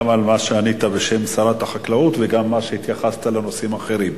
גם על מה שענית בשם שרת החקלאות וגם על שהתייחסת לנושאים אחרים.